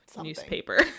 newspaper